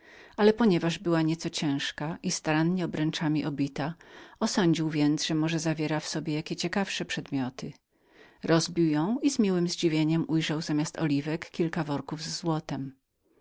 ale ponieważ była nieco ciężką i starannie obręczami obitą osądził więc że może zawiera w sobie jakie ciekawsze przedmioty rozbił ją i z miłem zadziwieniem ujrzał zamiast oliwy kilka worków ze złotem